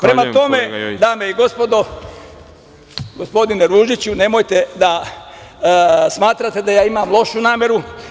Prema tome, dame i gospodo, gospodine Ružiću, nemojte da smatrate da ja imam lošu nameru.